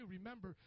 Remember